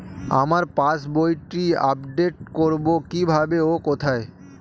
আমার পাস বইটি আপ্ডেট কোরবো কীভাবে ও কোথায়?